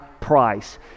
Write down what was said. price